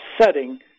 setting